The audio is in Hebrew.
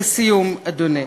לסיום, אדוני,